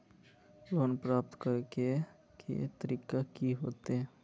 Loan प्राप्त करे के तरीका की होते?